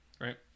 right